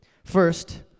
First